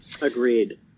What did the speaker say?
agreed